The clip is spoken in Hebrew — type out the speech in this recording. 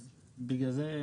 אז בגלל זה,